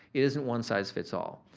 it isn't one size fits all.